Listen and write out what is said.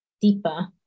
deeper